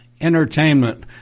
entertainment